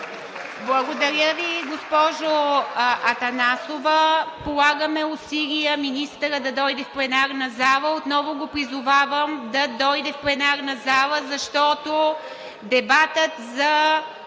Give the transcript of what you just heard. Благодаря Ви, госпожо Атанасова. Полагаме усилия министърът да дойде в пленарната зала. Отново го призовавам да дойде в пленарната зала, защото дебатът за